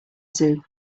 zoo